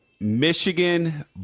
Michigan